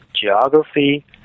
geography